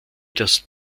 das